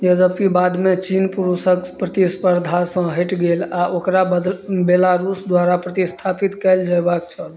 यद्यपि बादमे चीन पुरुषक प्रतिस्पर्धासँ हटि गेल आओर ओकरा बदला बेलारूस द्वारा प्रतिस्थापित कयल जेबाक छल